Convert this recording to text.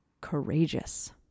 courageous